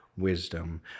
wisdom